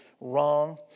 wrong